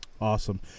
Awesome